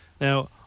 Now